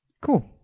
cool